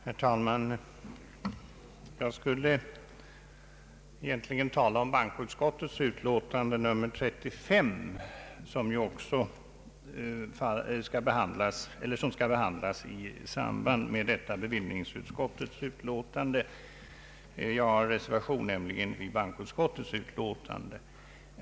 Herr talman! Jag skulle egentligen tala om bankoutskottets utlåtande nr 35 som får behandlas i samband med bevillningsutskottets betänkande nr 37. Jag har nämligen fogat en reservation till bankoutskottets utlåtande.